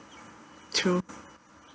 true